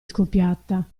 scoppiata